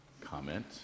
comment